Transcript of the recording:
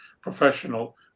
professional